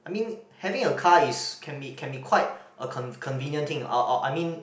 I mean having a car is can be can be quite a con~ convenient thing or or I mean